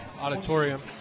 Auditorium